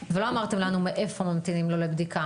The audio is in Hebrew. ולא אמרתם לנו מאיפה ממתינים לו לבדיקה.